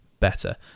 better